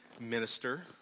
minister